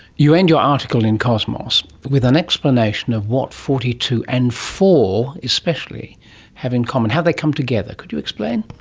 you end your article in cosmos with an explanation of what forty two, and four especially have in common, how they come together. could you explain?